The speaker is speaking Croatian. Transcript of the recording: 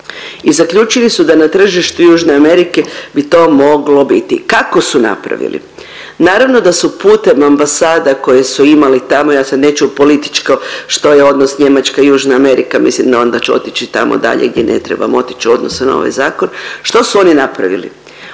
i zaključili su da na tržištu južne Amerike bi to moglo biti. Kako su napravili? Naravno da su putem ambasada koje su imali tamo, ja sad neću u političko što je odnos Njemačka, južna Amerika, onda ću otići tamo dalje gdje ne trebam otić u odnosu na ovaj zakon. Što su oni napravili?